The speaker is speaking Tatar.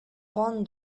кан